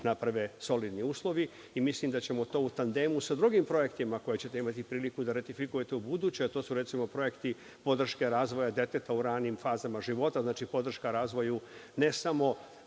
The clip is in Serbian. naprave solidni uslovi i mislim da ćemo to u tandemu sa drugim projektima, koje će te imati priliku da ratifikujete u buduće, a to su recimo projekti podrške razvoja deteta u ranim fazama života, znači podrška razvoju ne samo